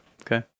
Okay